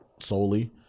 solely